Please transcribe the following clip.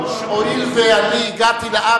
עכשיו, מה שקורה: